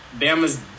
Bama's